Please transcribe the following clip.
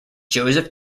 joseph